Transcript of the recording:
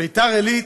ביתר עילית,